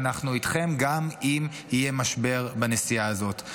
ואנחנו איתכם גם אם יהיה משבר בנסיעה הזאת.